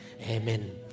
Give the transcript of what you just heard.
Amen